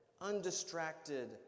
undistracted